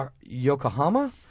Yokohama